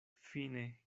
fine